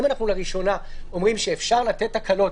אם אנחנו לראשונה אומרים שאפשר לתת הקלות